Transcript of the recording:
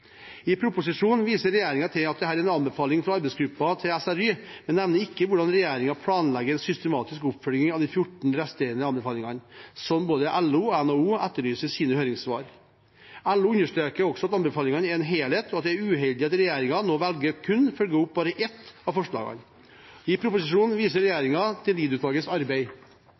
I proposisjonen viser regjeringen til at dette er en anbefaling fra arbeidsgruppen til SRY, men nevner ikke hvordan regjeringen planlegger en systematisk oppfølging av de 14 resterende anbefalingene, som både LO og NHO etterlyser i sine høringssvar. LO understreker også at anbefalingene er en helhet, og at det er uheldig at regjeringen nå velger å følge opp bare ett av forslagene. I proposisjonen viser regjeringen til Lied-utvalgets arbeid.